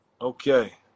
Okay